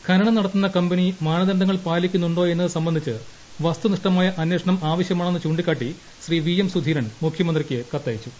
ഖനനം നടത്തുന്ന കമ്പനി മാനദ ണ്ഡങ്ഹൾ പാലിക്കുന്നുണ്ടോയെന്നത് സംബന്ധിച്ച് വസ്തു നിഷ്ഠമായ അന്വേഷണം ആവശ്യമാണെന്ന് ചൂണ്ടിക്കാട്ടി ശ്രീ വി എം സുധീരൻ മുഖ്യ മന്ത്രിക്ക് കത്തയച്ചു